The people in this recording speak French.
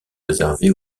réservé